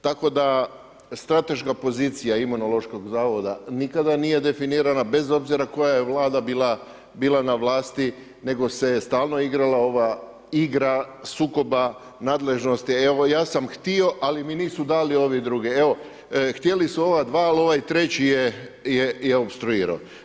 Tako da strateška pozicija Imunološkog zavoda nikada nije definirana, bez obzira koja je Vlada bila na vlasti, nego se stalno igrala ova igra sukoba nadležnosti, ja sam htio, ali mi nisu dali ovi drugi, evo htjeli su ova dva, ali ovaj treći je opstruirao.